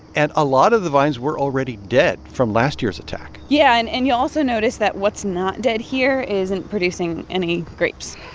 and a lot of the vines were already dead from last year's attack yeah. and and you'll also notice that what's not dead here isn't producing any grapes.